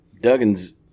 Duggan's